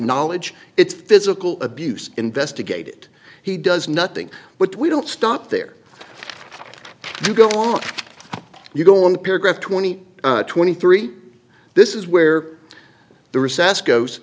knowledge it's physical abuse investigate it he does nothing but we don't stop there you go on you go on paragraph twenty twenty three this is where the recess goes